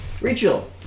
Rachel